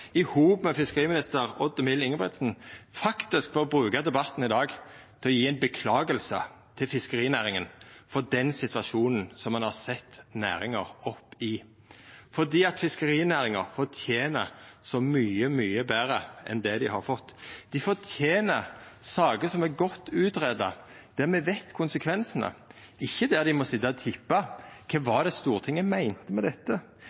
i hop med fiskeriminister Odd Emil Ingebrigtsen, bør bruka debatten i dag til å gje ei unnskyldning til fiskerinæringa for den situasjonen som ein har sett næringa i, for fiskerinæringa fortener så mykje, mykje betre enn det dei har fått. Dei fortener saker som er godt greidde ut, der me veit konsekvensane, ikkje der dei må sitja og tippa: Kva var det Stortinget meinte med dette?